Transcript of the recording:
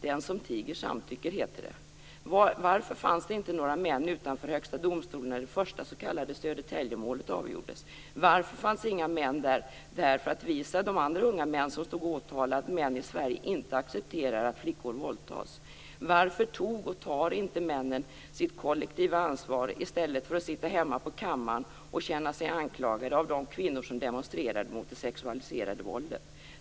Den som tiger samtycker, heter det. Varför fanns det inte några män utanför Högsta domstolen när det första s.k. Södertäljemålet avgjordes? Varför fanns inga män där för att visa andra unga män som stod åtalade att män i Sverige inte accepterar att flickor våldtas? Varför tog, och tar, inte männen sitt kollektiva ansvar i stället för att sitta hemma på kammaren och känna sig anklagade av de kvinnor som demonstrerade mot det sexualiserade våldet?